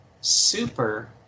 Super